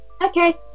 Okay